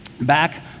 Back